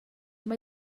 mae